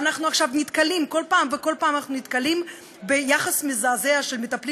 ואנחנו עכשיו נתקלים כל פעם ביחס מזעזע של מטפלים